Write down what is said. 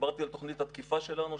דיברתי על תוכנית התקיפה שלנו,